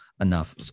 enough